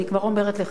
אני כבר אומרת לך.